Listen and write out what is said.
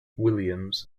williams